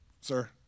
sir